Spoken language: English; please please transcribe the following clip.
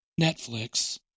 Netflix